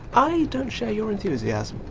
i don't share your enthusiasm.